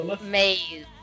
Maze